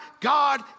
God